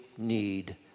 need